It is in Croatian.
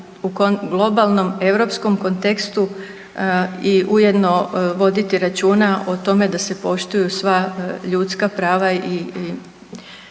u globalnom europskom kontekstu i ujedno voditi računa o tome da se poštuju sva ljudska prava i